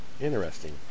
interesting